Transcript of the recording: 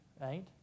right